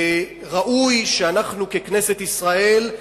וראוי שאנחנו, ככנסת ישראל,